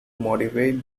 motivate